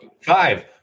Five